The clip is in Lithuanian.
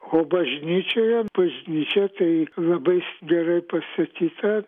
o bažnyčioje bažnyčia tai labai s gerai pastatyta